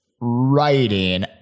writing